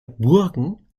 burgen